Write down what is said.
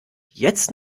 jetzt